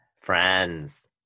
Friends